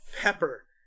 Pepper